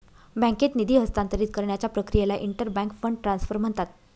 बँकेत निधी हस्तांतरित करण्याच्या प्रक्रियेला इंटर बँक फंड ट्रान्सफर म्हणतात